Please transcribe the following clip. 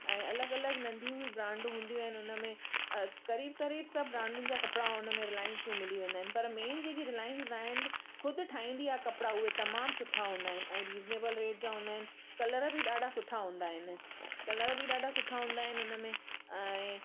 ऐं अलॻि अलॻि नंढी बि ब्रांड हूंदियूं आहिनि उन में क़रीब क़रीब सभु ब्रांडयुनि जा कपिड़ा उन में रिलाइंस में मिली वेंदा आहिनि पर मेन जेकी रिलाइंस ब्रांड खुदि ठाहींदी आहे कपिड़ा उहे तमामु सुठा हूंदा आहिनि ऐं रिजनेबल रेट जा हूंदा आहिनि कलर बि ॾाढा सुठा हूंदा आहिनि कलर बि ॾाढा सुठा हूंदा आहिनि उन में ऐं